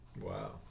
Wow